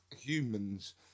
humans